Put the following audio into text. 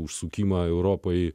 užsukimą europai